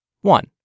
One